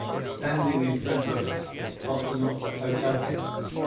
standing in front of lots and lots of hotel guests